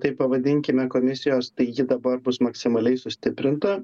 taip pavadinkime komisijos tai ji dabar bus maksimaliai sustiprinta